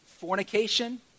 fornication